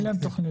אין להם תכניות.